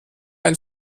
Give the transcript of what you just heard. ein